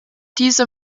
diese